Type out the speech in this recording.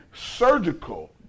surgical